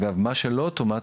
אגב, מה שלא אוטומט,